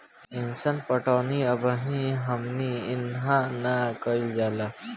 अइसन पटौनी अबही हमनी इन्हा ना कइल जाला